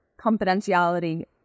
confidentiality